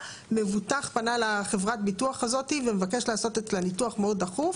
מבוטח פנה לחברת הביטוח הזאת ומבקש לעשות אצלה ניתוח מאוד דחוף